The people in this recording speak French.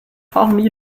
hormis